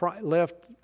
left